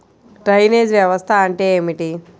Drainage వ్యవస్థ అంటే ఏమిటి?